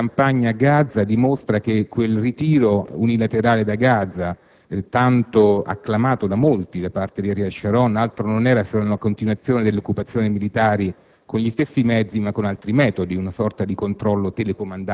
e invece così non sembra sia stato. Innanzi tutto, la campagna a Gaza dimostra che quel ritiro unilaterale da Gaza, tanto acclamato da molti, come Ariel Sharon, altro non era se non una continuazione delle occupazioni militari